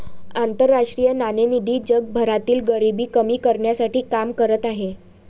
आंतरराष्ट्रीय नाणेनिधी जगभरातील गरिबी कमी करण्यासाठी काम करत आहे